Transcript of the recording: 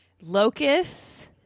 Locusts